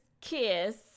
kiss